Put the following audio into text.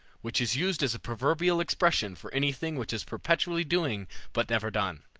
which is used as a proverbial expression for anything which is perpetually doing but never done.